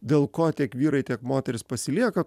dėl ko tiek vyrai tiek moterys pasilieka